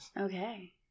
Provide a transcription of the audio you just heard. Okay